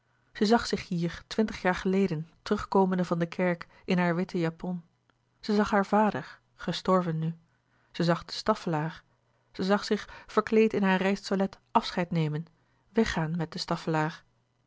zag zich hier twintig jaar geleden terugkomende van de kerk in haar witte japon zij zag haar vader gestorven nu zij zag de staffelaer zij zag zich verkleed in haar reistoilet afscheid nemen weggaan met de